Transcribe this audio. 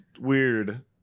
weird